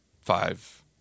five